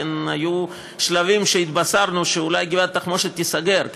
היו שלבים שהתבשרנו שאולי גבעת התחמושת תיסגר.